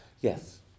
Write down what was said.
Yes